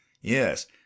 yes